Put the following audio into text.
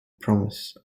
promise